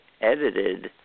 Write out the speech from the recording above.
edited